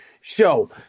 show